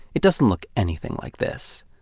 it doesn't look anything like this.